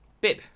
Bib